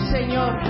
Señor